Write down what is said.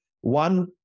One